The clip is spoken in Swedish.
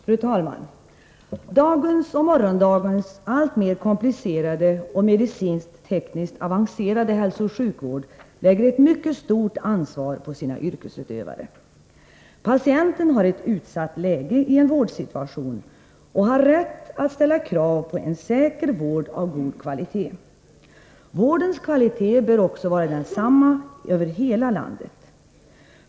Fru talman! Dagens och morgondagens alltmer komplicerade och medicinskt-tekniskt avancerade hälsooch sjukvård lägger ett mycket stort ansvar på sina yrkesutövare. Patienten har ett utsatt läge i en vårdsituation och har rätt att ställa krav på en säker vård av god kvalitet. Vårdens kvalitet bör också vara densamma över hela landet.